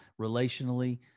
relationally